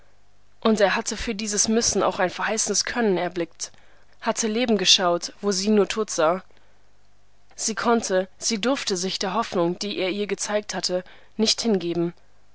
und er hatte für dies müssen auch ein verheißendes können erblickt hatte leben geschaut wo sie nur tod sah sie konnte sie durfte sich der hoffnung die er ihr gezeigt nicht hingeben